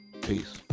Peace